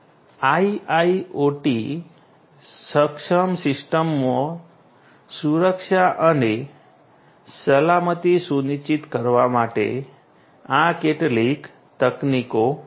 IIoT સક્ષમ સિસ્ટમમાં સુરક્ષા અને સલામતી સુનિશ્ચિત કરવા માટે આ કેટલીક તકનીકો છે